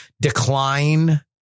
decline